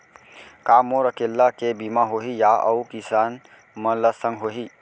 का मोर अकेल्ला के बीमा होही या अऊ किसान मन के संग होही?